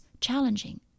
challenging